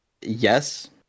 yes